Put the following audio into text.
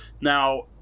Now